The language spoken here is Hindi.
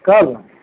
कल्ह